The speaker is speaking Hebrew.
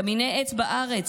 קמיני עץ בארץ